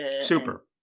Super